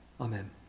Amen